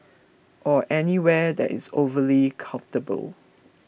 or anywhere that is overly comfortable